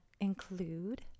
include